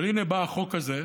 אבל הינה בא החוק הזה,